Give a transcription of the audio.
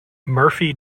murphy